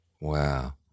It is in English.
wow